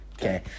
Okay